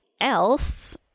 else